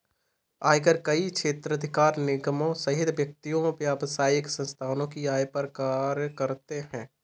आयकर कई क्षेत्राधिकार निगमों सहित व्यक्तियों, व्यावसायिक संस्थाओं की आय पर कर लगाते हैं